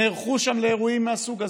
נערכו שם לאירועים מהסוג הזה.